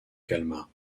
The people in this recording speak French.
calma